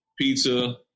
pizza